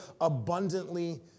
abundantly